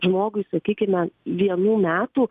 žmogui sakykime vienų metų